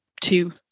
two